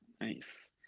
Nice